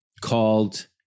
called